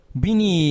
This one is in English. bini